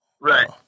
right